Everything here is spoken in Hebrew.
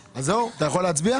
זהו , אתה יכול להצביע?